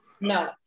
No